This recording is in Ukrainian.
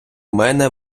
мене